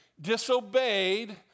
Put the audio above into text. disobeyed